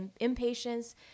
impatience